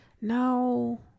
no